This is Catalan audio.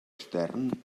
extern